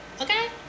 Okay